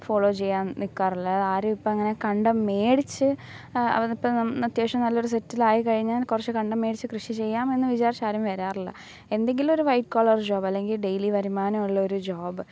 follow ചെയ്യാൻ നിൽക്കാറില്ല അതാരും ഇപ്പോൾ അങ്ങനെ കണ്ടം മേടിച്ച് അത് ഇപ്പം അത്യാവശ്യം നല്ലൊരു സെറ്റിൽ ആയി കഴിഞ്ഞാൽ കുറച്ചു കണ്ടം മേടിച്ച് കൃഷി ചെയ്യാം എന്നു വിചാരിച്ച് ആരും വരാറില്ല എന്തെങ്കിലും ഒരു വൈറ്റ് കോളർ ജോബ് അല്ലെങ്കിൽ ഡെയിലി വരുമാനം ഉള്ള ഒരു ജോബ്